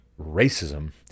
Racism